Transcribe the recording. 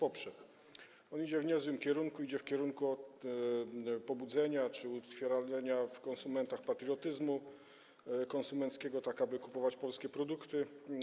On idzie w niezłym kierunku, idzie w kierunku pobudzenia czy utwierdzenia w konsumentach patriotyzmu konsumenckiego, tak aby kupowali polskie produkty.